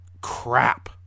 crap